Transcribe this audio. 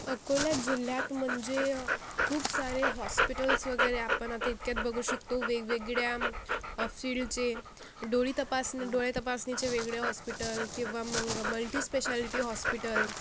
अकोला जिल्ह्यात म्हणजे खूप सारे हॉस्पिटल्स वगैरे आपण आता इतक्यात बघू शकतो वेगवेगळ्या फिल्डचे डोळी तपासणी डोळे तपासणीचे वेगळे हॉस्पिटल किंवा मग मल्टिस्पेशालिटी हॉस्पिटल